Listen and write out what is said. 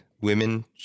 women